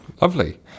Lovely